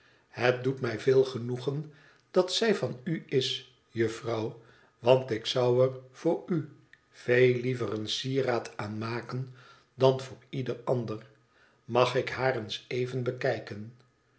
het doet mij veel genoegen dat zij van u is juffrouw want ik zou er voor u veel liever een sieraad aan maken dan voor ieder ander mag ik haar eens even bekijken